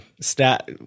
stat